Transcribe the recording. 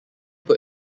put